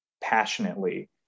passionately